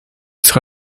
sera